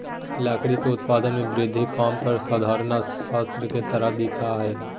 लकड़ी के उत्पादन में वृद्धि काम पर साधारण अर्थशास्त्र के तरह दिखा हइ